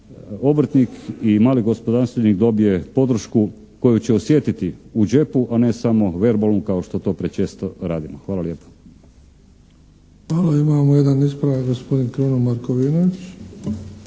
obrtnik i mali gospodarstvenik dobije podršku koju će osjetiti u džepu, a ne samo verbalnu kao što to prečesto radimo. Hvala lijepa. **Bebić, Luka (HDZ)** Hvala. Imamo jedan ispravak, gospodin Kruno Markovinović.